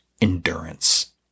endurance